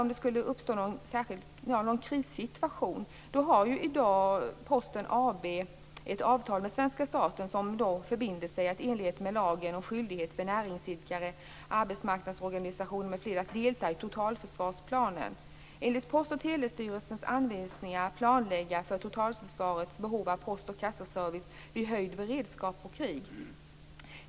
Om det skulle uppstå en krissituation har Posten AB i dag ett avtal med svenska staten. Posten förbinder sig, i enlighet med lagen om skyldighet för näringsidkare, arbetsmarknadsorganisationer m.fl. att delta i totalförsvarsplaneringen, att enligt Post och telestyrelsens anvisningar planlägga för totalförsvarets behov av post och kassaservice vid höjd beredskap och krig.